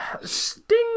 Sting